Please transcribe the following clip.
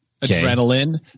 adrenaline